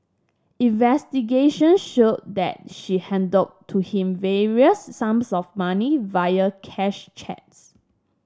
investigation showed that she handed to him various sums of money via cash cheques